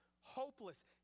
hopeless